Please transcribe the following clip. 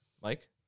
Mike